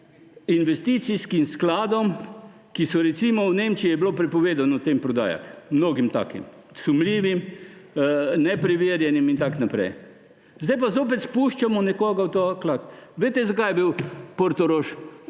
investicijskim skladom, ki so … Recimo v Nemčiji je bilo prepovedano tem prodajati, mnogim takim – sumljivim, nepreverjenim in tako naprej. Sedaj pa zopet spuščamo nekoga v to. Ali veste, zakaj je bila portoroška